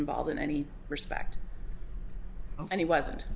involved in any respect and he wasn't